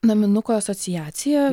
naminukų asociacija